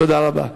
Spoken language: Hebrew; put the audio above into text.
תודה רבה.